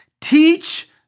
teach